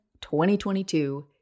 2022